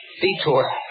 Detour